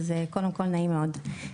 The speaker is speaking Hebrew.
אז קודם כל נעים מאוד.